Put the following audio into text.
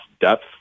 depth